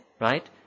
Right